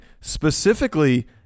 specifically